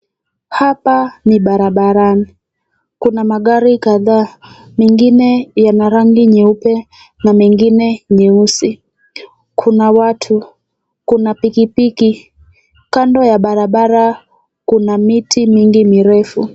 Hapa, ni barabarani, kuna magari kadhaa, mengine yana rangi nyeupe, na mengine nyeusi. Kuna watu, kuna pikipiki, kando ya barabara kuna miti mingi, mirefu.